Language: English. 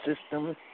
system